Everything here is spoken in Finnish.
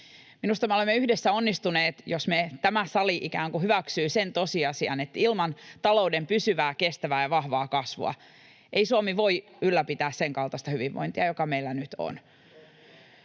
Minusta me olemme yhdessä onnistuneet, jos me, tämä sali, ikään kuin hyväksymme sen tosiasian, että ilman talouden pysyvää, kestävää ja vahvaa kasvua ei Suomi voi ylläpitää sen kaltaista hyvinvointia, joka meillä nyt on.